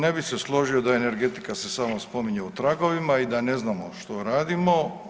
Ne bi se složio da energetika se samo spominje u tragovima i da ne znamo što radimo.